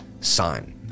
sign